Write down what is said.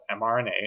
mRNA